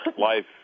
life